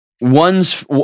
one's